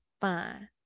fine